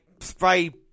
spray